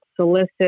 solicit